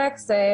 אלכס,